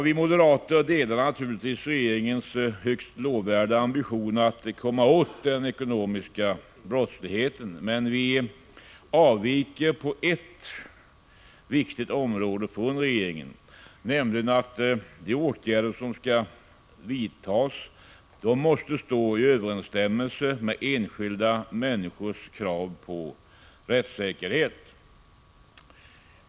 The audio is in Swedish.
Vi moderater delar naturligtvis regeringens högst lovvärda ambition att komma åt den ekonomiska brottsligheten, men vi avviker på ett viktigt område från regeringen. Vi menar nämligen att de åtgärder som skall vidtas måste stå i överensstämmelse med enskilda människors krav på rättssäkerhet.